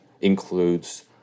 includes